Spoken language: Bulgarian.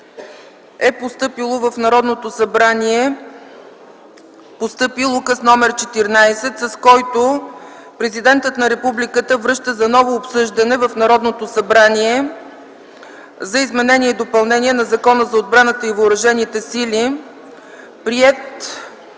2010 г. в Народното събрание е постъпил Указ № 14, с който Президентът на Републиката връща за ново обсъждане в Народното събрание Закона за изменение и допълнение на Закона за отбраната и въоръжените сили, приет